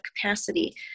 capacity